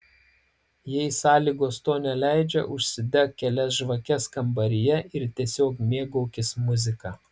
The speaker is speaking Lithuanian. jei sąlygos to neleidžia užsidek kelias žvakes kambaryje ir tiesiog mėgaukis muzika